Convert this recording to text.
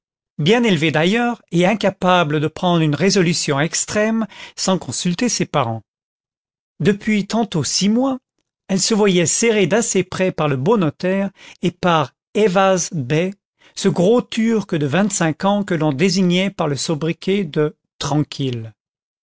bien élevée d'ailleurs et incapable de prendre une résolution extrême sans consulter ses parents depuis tantôt six mois elle se voyait serrée d'assez près par le beau notaire et par ayvaz bey ce gros turc de vingt-cinq ans que l'on désignait par le sobriquet de tranquille